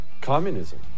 Communism